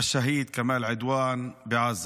השהיד כמאל עדואן בעזה.